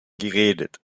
geredet